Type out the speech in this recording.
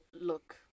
look